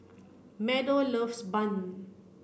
Meadow loves bun